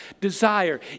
desire